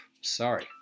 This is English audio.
sorry